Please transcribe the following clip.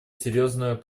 серьезно